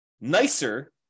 nicer